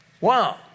Wow